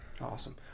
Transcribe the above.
Awesome